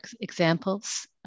examples